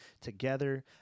together